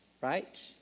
right